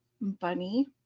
Bunny